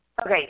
Okay